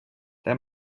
der